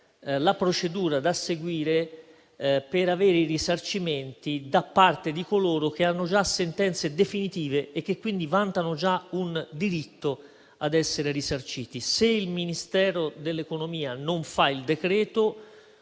la procedura da seguire per avere i risarcimenti da parte di coloro che hanno già sentenze definitive e che, quindi, vantano già un diritto ad essere risarciti. Se il Ministero dell'economia e delle